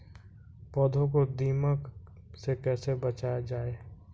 पौधों को दीमक से कैसे बचाया जाय?